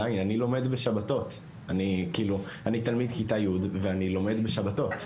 אני תלמיד כיתה י' ואני לומד בשבתות.